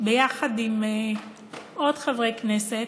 יחד עם עוד חברי כנסת,